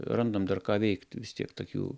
randam dar ką veikt vis tiek tokių